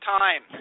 time